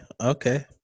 okay